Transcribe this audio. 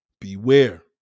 beware